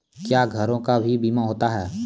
क्या घरों का भी बीमा होता हैं?